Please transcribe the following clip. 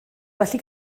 felly